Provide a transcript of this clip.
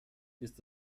ist